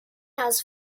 has